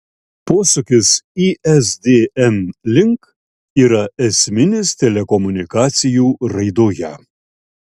posūkis isdn link yra esminis telekomunikacijų raidoje